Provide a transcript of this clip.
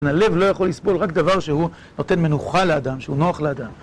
הלב לא יכול לסבול רק דבר שהוא נותן מנוחה לאדם, שהוא נוח לאדם.